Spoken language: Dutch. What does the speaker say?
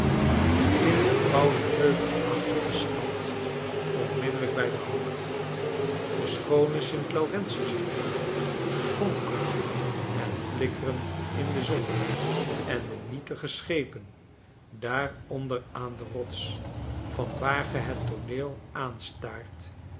in de oude heuvelachtige stad onmiddellijk bij de hand de schoone st lauren tius rivier vonkelend en flikkerend in de zon en de nietige schepen daar onder aan de rots vanwaar ge het tooneel aanstaart